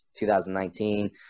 2019